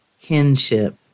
kinship